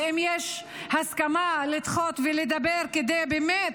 ואם יש הסכמה לדחות ולדבר כדי באמת